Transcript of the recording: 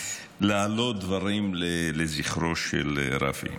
להעלות דברים לזכרו של רפי.